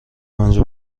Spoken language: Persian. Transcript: آنجا